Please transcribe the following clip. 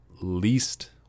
least